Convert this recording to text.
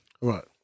Right